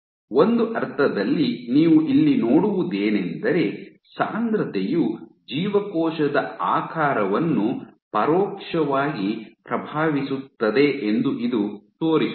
ಒಂದು ಅರ್ಥದಲ್ಲಿ ನೀವು ಇಲ್ಲಿ ನೋಡುವುದೇನೆಂದರೆ ಸಾಂದ್ರತೆಯು ಜೀವಕೋಶದ ಆಕಾರವನ್ನು ಪರೋಕ್ಷವಾಗಿ ಪ್ರಭಾವಿಸುತ್ತದೆ ಎಂದು ಇದು ತೋರಿಸುತ್ತದೆ